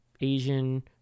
Asian